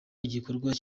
igikorwa